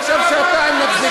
עכשיו שעתיים נחזיק.